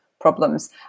problems